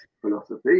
philosophy